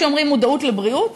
כשאומרים "מודעות לבריאות",